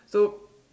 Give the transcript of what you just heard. so